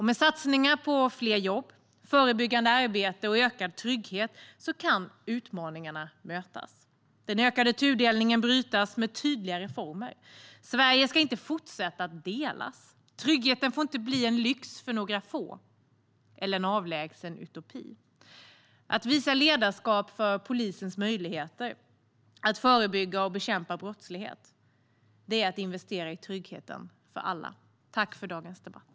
Med satsningar på fler jobb, förebyggande arbete och ökad trygghet kan utmaningarna mötas. Den ökade tudelningen kan brytas med tydliga reformer. Sverige ska inte fortsätta att delas. Tryggheten får inte bli en lyx för några få eller en avlägsen utopi. Att visa ledarskap för polisens möjligheter, och att förebygga och bekämpa brottslighet, är att investera i tryggheten för alla. Tack för dagens debatt!